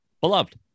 beloved